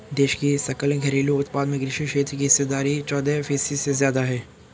देश की सकल घरेलू उत्पाद में कृषि क्षेत्र की हिस्सेदारी चौदह फीसदी से ज्यादा है